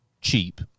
cheap